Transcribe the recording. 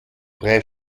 brei